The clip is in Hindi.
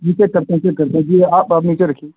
जी चेक करते हैं चेक करते हैं जी आप आप नीचे रखिए